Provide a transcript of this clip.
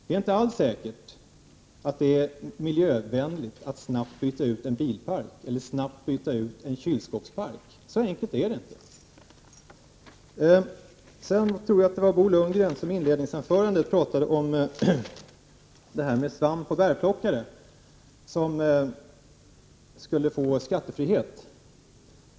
Det är inte alls säkert att det är miljövänligt att snabbt byta ut en bilpark eller en kylskåpspark. Så enkelt är det inte. Sedan tror jag det var Bo Lundgren som i sitt inledningsanförande talade om detta med svampoch bärplockare som skulle få skattefrihet.